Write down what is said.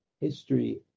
history